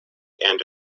and